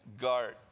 guard